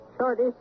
Shorty